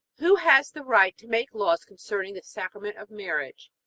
who has the right to make laws concerning the sacrament of marriage?